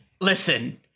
Listen